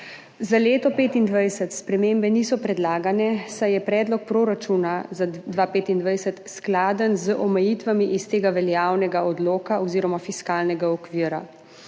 Za leto 2025 spremembe niso predlagane, saj je predlog proračuna za 2025 skladen z omejitvami iz tega veljavnega odloka oziroma fiskalnega okvira.